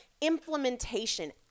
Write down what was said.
implementation